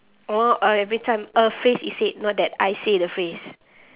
oh uh every time a phrase is said not that I say the phrase